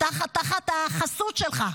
תחת החסות שלך.